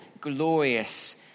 glorious